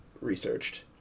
researched